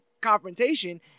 confrontation